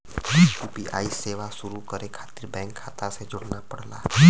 UPI सेवा शुरू करे खातिर बैंक खाता से जोड़ना पड़ला